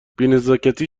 بینزاکتی